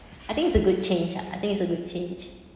I think it's a good change ah I think it's a good change